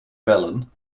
bellen